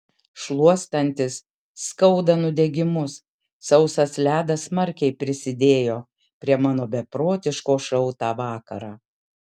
šluostantis skauda nudegimus sausas ledas smarkiai prisidėjo prie mano beprotiško šou tą vakarą